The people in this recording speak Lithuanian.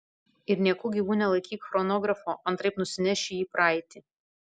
ir nieku gyvu nelaikyk chronografo antraip nusineši jį į praeitį